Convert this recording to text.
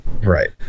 Right